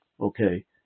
Okay